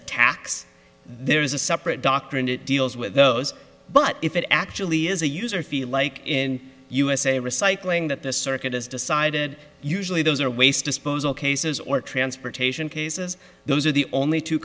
tax there is a separate doctor and it deals with those but if it actually is a user fee like in usa recycling that the circuit has decided usually those are waste disposal cases or transportation cases those are the only two